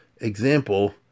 example